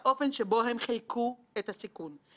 גם בעקבות ההמלצות שלנו אבל גם בגלל שמאז